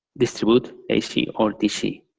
distribute ac or dc,